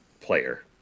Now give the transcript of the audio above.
player